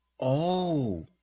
Oh